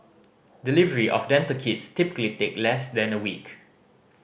delivery of dental kits typically take less than a week